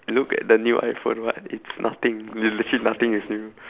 you look at the new iphone what it's nothing l~ legit nothing is new